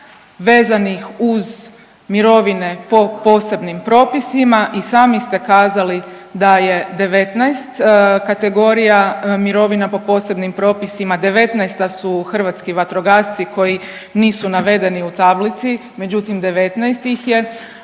vezanih uz mirovine po posebnim propisima. I sami ste kazali da je 19 kategorija mirovina po posebnim propisima, 19 da su hrvatski vatrogasci koji nisu navedeni u tablici, međutim 19 ih je.